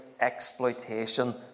exploitation